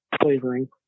flavoring